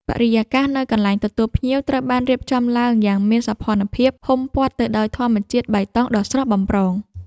បរិយាកាសនៅកន្លែងទទួលភ្ញៀវត្រូវបានរៀបចំឡើងយ៉ាងមានសោភ័ណភាព ហ៊ុមព័ទ្ធទៅដោយធម្មជាតិបៃតងដ៏ស្រស់បំព្រង។